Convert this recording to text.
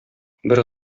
бер